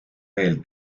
veel